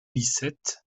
licette